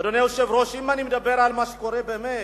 אדוני היושב-ראש, אם אני מדבר על מה שקורה באמת,